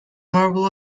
marble